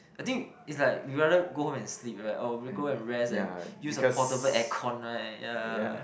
I think it's like we rather go home and sleep right or go back and rest and use a portable aircon right ya